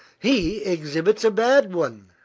he exhibits a bad one,